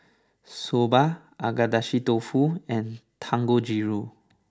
Soba Agedashi Dofu and Dangojiru